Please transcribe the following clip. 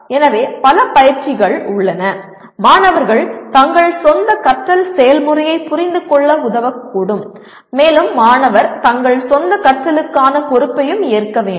எனவே பல பயிற்சிகள் உள்ளன மாணவர்கள் தங்கள் சொந்த கற்றல் செயல்முறையைப் புரிந்துகொள்ள உதவக்கூடும் மேலும் மாணவர் தங்கள் சொந்த கற்றலுக்கான பொறுப்பையும் ஏற்க வேண்டும்